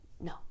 no